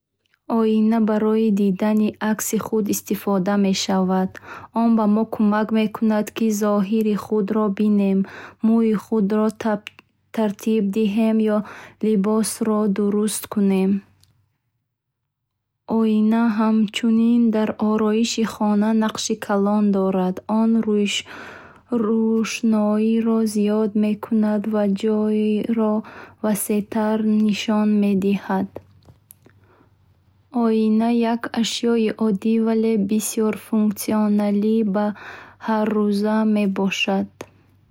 Оина барои дидани акси худ истифода мешавад. Он ба мо кӯмак мекунад ки зоҳири худро бинем мӯи худро тартиб диҳем ё либосро дуруст кунем. Оина ҳамчунин дар ороиши хона нақши калон дорад он рӯшноиро зиёд мекунад ва ҷойро васеътар нишон медиҳад. Оина як ашёи оддӣ вале бисёрфунксионалӣ ба ҳаррӯза мебошад.